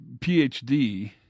PhD